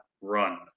run